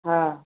हँ